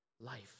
Life